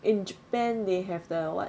in japan they have the what